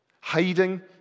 Hiding